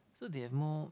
so they have more